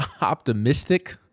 optimistic